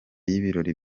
y’ibirori